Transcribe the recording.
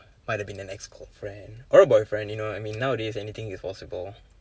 might have been an ex girlfriend or a boyfriend you know I mean nowadays anything is possible